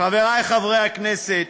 חברי חברי הכנסת,